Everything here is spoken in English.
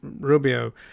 Rubio